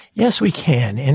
yes, we can. and